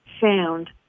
found